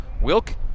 Wilk